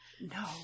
no